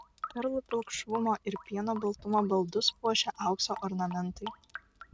perlų pilkšvumo ir pieno baltumo baldus puošia aukso ornamentai